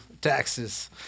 taxes